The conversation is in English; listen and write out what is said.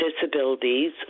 disabilities